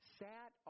sat